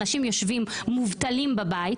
אנשים יושבים מובטלים בבית,